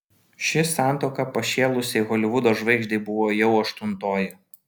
ši santuoka pašėlusiai holivudo žvaigždei buvo jau aštuntoji